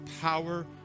power